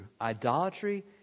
idolatry